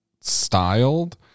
styled